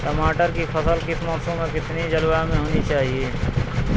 टमाटर की फसल किस मौसम व कितनी जलवायु में होनी चाहिए?